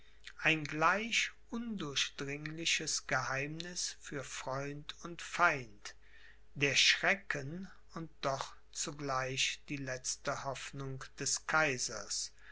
ein gleich undurchdringliches geheimniß für freund und feind der schrecken und doch zugleich die letzte hoffnung des kaisers